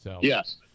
Yes